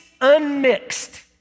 unmixed